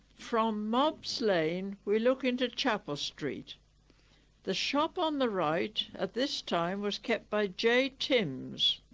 from mobbs lane we look into chapel street the shop on the right at this time was kept by j tims,